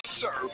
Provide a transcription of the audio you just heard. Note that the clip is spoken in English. serve